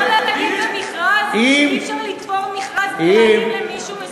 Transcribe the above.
זה כמו להגיד במכרז שאי-אפשר לתפור מכרז למישהו מסוים,